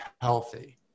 healthy